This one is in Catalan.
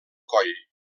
coll